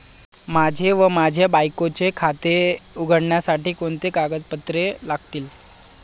माझे व माझ्या बायकोचे खाते उघडण्यासाठी कोणती कागदपत्रे लागतील?